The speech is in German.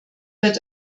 wird